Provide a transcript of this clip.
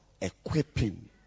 equipping